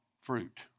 fruit